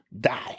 die